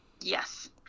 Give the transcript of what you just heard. Yes